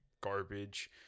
garbage